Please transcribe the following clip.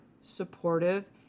supportive